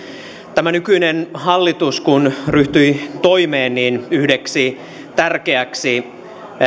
tämä nykyinen hallitus ryhtyi toimeen niin yhdeksi tärkeäksi